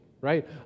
right